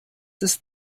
ist